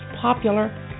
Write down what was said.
popular